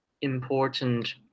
important